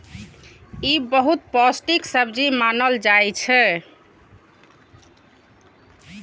ई बहुत पौष्टिक सब्जी मानल जाइ छै